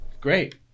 Great